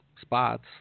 spots